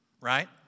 right